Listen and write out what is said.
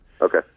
Okay